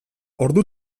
ordu